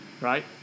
right